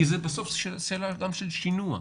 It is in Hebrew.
כי זה בסוף שאלה גם של שינוע.